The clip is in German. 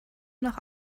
noch